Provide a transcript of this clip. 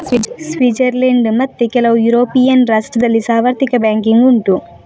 Switzerland ಮತ್ತೆ ಕೆಲವು European ರಾಷ್ಟ್ರದಲ್ಲಿ ಸಾರ್ವತ್ರಿಕ ಬ್ಯಾಂಕಿಂಗ್ ಉಂಟು